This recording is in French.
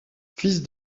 fils